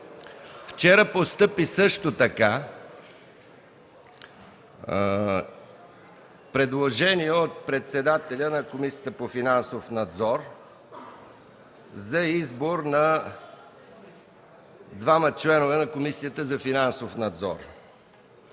Вчера постъпи също така предложение от председателя на Комисията за финансов надзор за избор на двама членове на Комисията за финансов надзор.